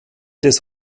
des